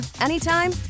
anytime